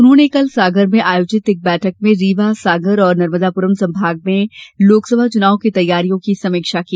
उन्होंने कल सागर में आयोजित एक बैठक में रीवा सागर और नर्मदापुरम संभाग में लोकसभा चुनाव की तैयारियों की समीक्षा की